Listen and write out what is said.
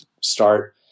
start